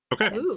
Okay